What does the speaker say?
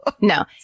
No